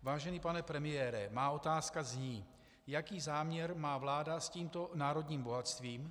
Vážený pane premiére, má otázka zní: Jaký záměr má vláda s tímto národním bohatstvím?